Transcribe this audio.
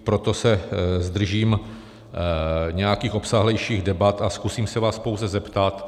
Proto se zdržím nějakých obsáhlejších debat a zkusím se vás pouze zeptat.